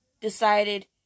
decided